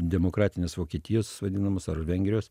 demokratinės vokietijos vadinamos ar vengrijos